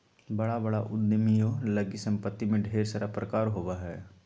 बड़ा बड़ा उद्यमियों लगी सम्पत्ति में ढेर सारा प्रकार होबो हइ